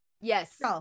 Yes